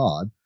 God